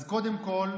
אז קודם כול,